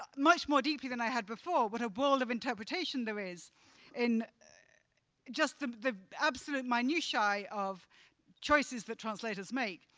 ah much more deeply than i had before what a world of interpretation there is in just the the absolute minutiae of choices that translators make.